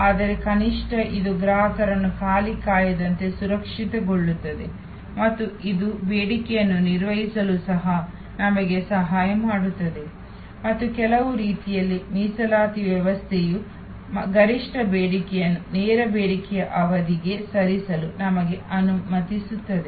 ಆದರೆ ಕನಿಷ್ಠ ಇದು ಗ್ರಾಹಕರನ್ನು ಖಾಲಿ ಕಾಯದಂತೆ ಸುರಕ್ಷಿತಗೊಳಿಸುತ್ತದೆ ಮತ್ತು ಇದು ಬೇಡಿಕೆಯನ್ನು ನಿರ್ವಹಿಸಲು ಸಹ ನಮಗೆ ಸಹಾಯ ಮಾಡುತ್ತದೆ ಮತ್ತು ಕೆಲವು ರೀತಿಯಲ್ಲಿ ಮೀಸಲಾತಿ ವ್ಯವಸ್ಥೆಯು ಗರಿಷ್ಠ ಬೇಡಿಕೆಯನ್ನು ನೇರ ಬೇಡಿಕೆಯ ಅವಧಿಗೆ ಸರಿಸಲು ನಮಗೆ ಅನುಮತಿಸುತ್ತದೆ